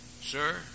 Sir